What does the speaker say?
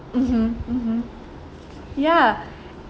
mmhmm mmhmm ya